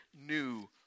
new